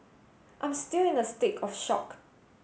I'm still in a state of shock